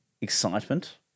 excitement